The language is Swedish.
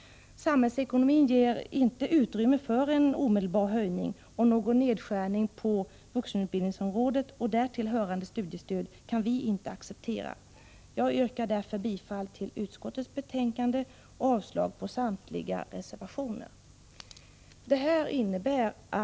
Samhällsekonomin ger inte utrymme för en omedelbar höjning, och någon nedskärning på vuxenutbildningsområdet och därtill hörande studiestöd kan vi i utskottsmajoriteten inte acceptera. Jag yrkar därför bifall till utskottets hemställan och avslag på samtliga reservationer.